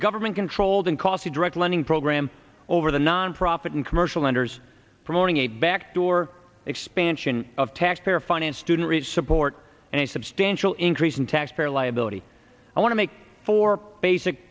government controlled and costly direct lending program over the nonprofit and commercial lenders promoting a backdoor expansion of taxpayer financed student rich support and a substantial increase in taxpayer liability i want to make four basic